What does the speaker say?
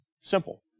Simple